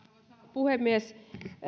puhemies